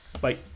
Bye